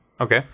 okay